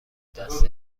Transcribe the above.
دست